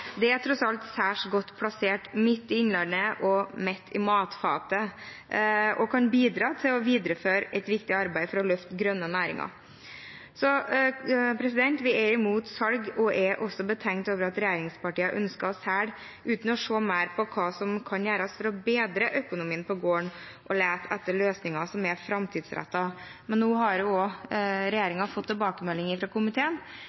tross alt en særs god plassering, midt i Innlandet og midt i matfatet, og kan bidra til å videreføre et viktig arbeid for å løfte grønne næringer. Vi er imot salg og er også betenkt over at regjeringspartiene ønsker å selge uten å se mer på hva som kan gjøres for å bedre økonomien på gården – lete etter løsninger som er framtidsrettet. Men nå har regjeringen fått tilbakemelding fra komiteen